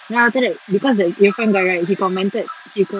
then after that because that irfan guy right he commented he com~